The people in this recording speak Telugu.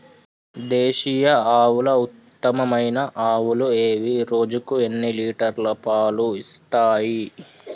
దేశీయ ఆవుల ఉత్తమమైన ఆవులు ఏవి? రోజుకు ఎన్ని లీటర్ల పాలు ఇస్తాయి?